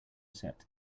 set